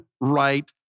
right